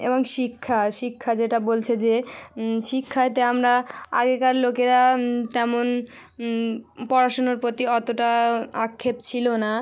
এবং শিক্ষা শিক্ষা যেটা বলছে যে শিক্ষাতে আমরা আগেকার লোকেরা তেমন পড়াশুনোর প্রতি অতোটা আক্ষেপ ছিলো না